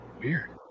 Weird